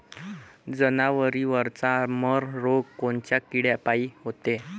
जवारीवरचा मर रोग कोनच्या किड्यापायी होते?